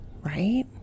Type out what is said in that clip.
right